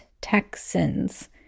Texans